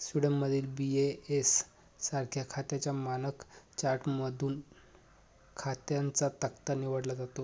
स्वीडनमधील बी.ए.एस सारख्या खात्यांच्या मानक चार्टमधून खात्यांचा तक्ता निवडला जातो